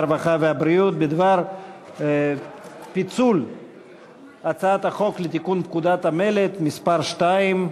הרווחה והבריאות בדבר פיצול הצעת חוק לתיקון פקודת המלט (מס' 2)